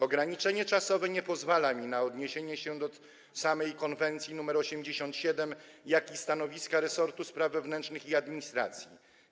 Ograniczenie czasowe nie pozwala mi na odniesienie się do samej konwencji nr 87, jak i stanowiska resortu spraw wewnętrznych i administracji.